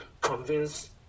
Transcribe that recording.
convince